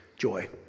joy